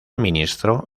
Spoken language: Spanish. ministro